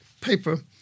paper